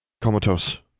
Comatose